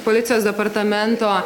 policijos departamento